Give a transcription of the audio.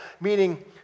Meaning